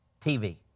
TV